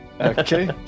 Okay